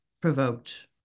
provoked